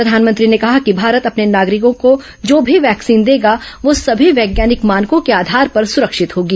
प्रधानमंत्री ने कहा कि भारत अपने नागरिकों को जो भी वैक्सीन देगा वह सभी वैज्ञानिक मानकों के आधार पर सुरक्षित होगी